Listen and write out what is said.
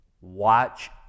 Watch